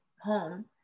home